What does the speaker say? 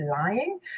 lying